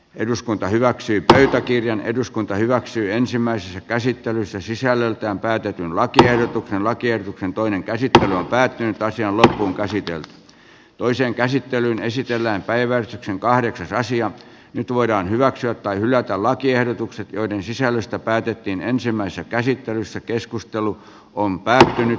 eduskunta hyväksyi pöytäkirjan eduskunta hyväksyi ensimmäisessä käsittelyssä sisällöltään päätetyn lakiehdotuksen lakiehdotuksen toinen käsittely on päättynyt ajalla kun käsityöt toiseen käsittelyyn esitellään päivä kahdeksasosia nyt voidaan hyväksyä tai hylätä lakiehdotukset joiden sisällöstä päätettiin ensimmäisessä käsittelyssä keskustelu on päättynyt